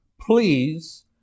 please